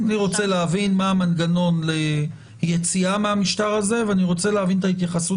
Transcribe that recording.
אני רוצה להבין מה המנגנון ליציאה מהמשטר הזה ואני רוצה להבין את ההתייחסות